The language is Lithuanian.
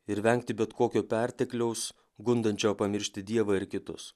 ir vengti bet kokio pertekliaus gundančio pamiršti dievą ir kitus